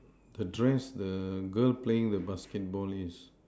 the dress the girl playing with basketball list